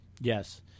Yes